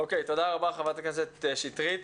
אוקיי, תודה רבה חברת הכנסת שטרית.